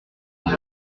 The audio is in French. mais